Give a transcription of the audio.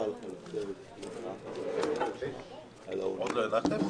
כרגע בהצעת חוק קיום דיונים באמצעים טכנולוגיים